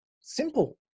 Simple